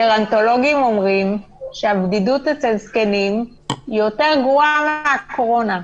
גרונטולוגים אומרים שהבדידות אצל זקנים היא יותר גרועה מהקורונה.